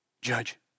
judge